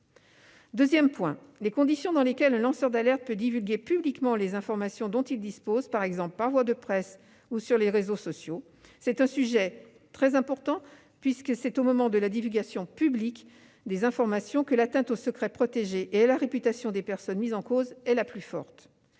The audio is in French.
Deuxième point : les conditions dans lesquelles un lanceur d'alerte peut divulguer publiquement les informations dont il dispose, par exemple par voie de presse ou sur les réseaux sociaux. C'est un sujet particulièrement important, puisque c'est au moment de la divulgation publique des informations que l'atteinte aux secrets protégés et à la réputation des personnes mises en cause est la plus forte.